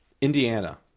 Indiana